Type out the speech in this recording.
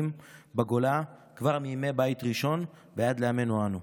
בגולה כבר מימי בית ראשון ועד לימינו אנו,